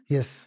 Yes